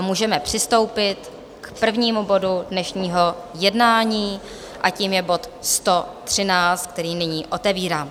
Můžeme přistoupit k prvnímu bodu dnešního jednání a tím je bod 113, který nyní otevírám.